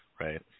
right